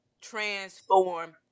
transform